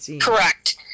correct